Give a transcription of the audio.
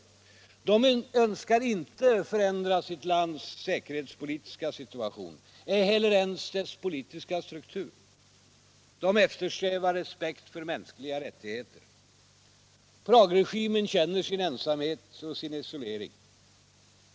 De önskar inte förändra sitt lands säkerhetspolitiska situation, ej heller ens dess politiska struktur. De eftersträvar respekt för mänskliga rättigheter. Pragregimen känner sin ensamhet och isolering.